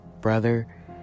brother